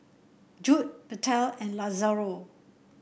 Judd Bethel and Lazaro